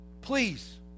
please